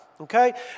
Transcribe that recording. okay